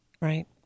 Right